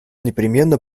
непременно